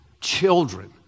children